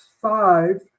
five